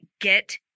get